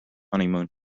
honeymoon